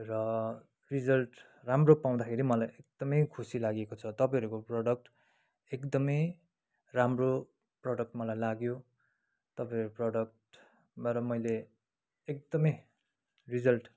र रिजल्ट राम्रो पाउँदाखेरि मलाई एकदमै खुसी लागेको छ तपाईँहरूको प्रोडक्ट एकदमै राम्रो प्रोडक्ट मलाई लाग्यो तपाईँहरूको प्रोडक्टबाट मैले एकदमै रिजल्ट